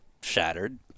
shattered